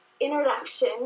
introduction